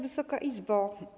Wysoka Izbo!